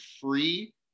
free